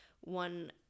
one